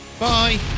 Bye